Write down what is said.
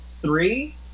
Three